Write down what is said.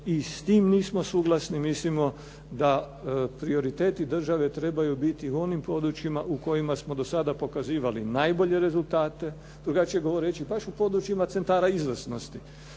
i s tim nismo suglasni, mislimo da prioriteti države trebaju biti u onim područjima u kojima smo do sada pokazivali najbolje rezultate. Drugačije govoreći baš u područjima centara izvrsnosti,